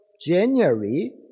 January